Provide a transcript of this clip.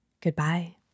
Goodbye